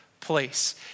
place